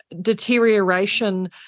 deterioration